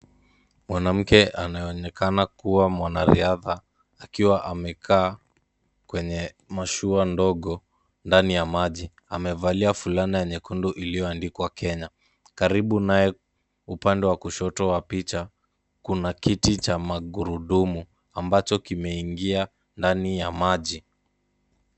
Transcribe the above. Mwanamke anayeonekana kuwa mwanariadha akiwa amekaa kwenye mashua ndogo ndani ya maji amevalia fulana nyekundu iloyoandikwa Kenya. Karibu naye upande wa kushoto wa picha kuna kiti cha magurudumu ambacho kimeingia ndani ya maji